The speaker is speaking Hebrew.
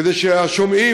כדי שהשומעים,